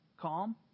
calm